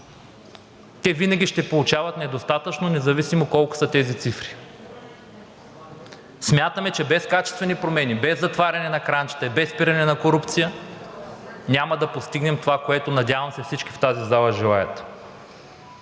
винаги ще получават недостатъчно, независимо колко са тези цифри. Смятаме, че без качествени промени, без затваряне на кранчета и без спиране на корупция няма да постигнем това, което, надявам се, всички в тази зала желаят.